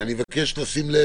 אני מבקש לשים לב